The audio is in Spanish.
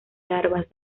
larvas